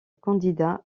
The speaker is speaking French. candidat